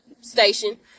station